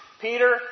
Peter